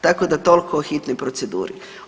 Tako da tolko o hitnoj proceduri.